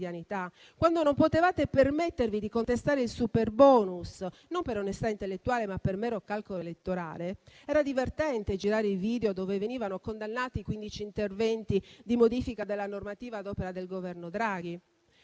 quando non potevate permettervi di contestare il superbonus non per onestà intellettuale, ma per mero calcolo elettorale, era divertente girare i video dove venivano condannati i quindici interventi di modifica della normativa ad opera del Governo Draghi.